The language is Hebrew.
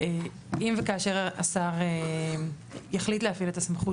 אם וכאשר השר יחליט להפעיל את הסמכות